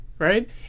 right